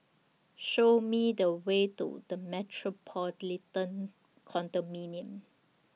Show Me The Way to The Metropolitan Condominium